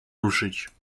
ruszyć